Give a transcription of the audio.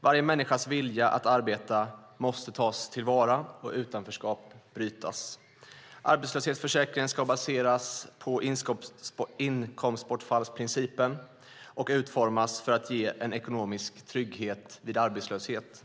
Varje människas vilja att arbeta måste tas till vara och utanförskapet brytas. Arbetslöshetsförsäkringen ska baseras på inkomstbortfallsprincipen och utformas för att ge en ekonomisk trygghet vid arbetslöshet.